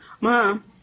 Mom